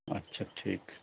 اچھا ٹھیک ہے